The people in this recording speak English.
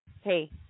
hey